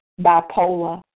bipolar